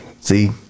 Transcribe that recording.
see